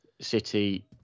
City